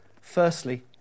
Firstly